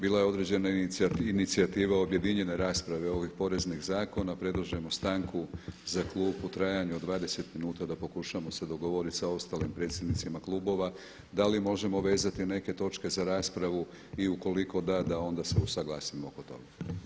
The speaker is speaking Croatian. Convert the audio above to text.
Bila je određena inicijativa objedinjene rasprave ovih poreznih zakona, predlažemo stanku za klub u trajanju od 20 minuta da pokušamo se dogovoriti sa ostalim predsjednicima klubova da li možemo vezati neke točke za raspravu i u koliko da da onda se usuglasimo oko toga.